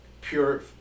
pure